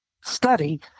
study